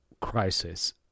crisis